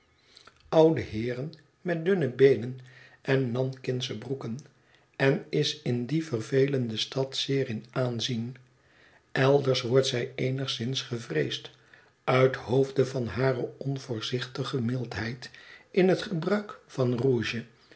jeugd heeren met dunne beenen en nankische broeken en is in die vervelende stad zeer in aanzien elders wordt zij eenigszins gevreesd uithoofde van hare onvoorzichtige mildheid in het gebruik van rouge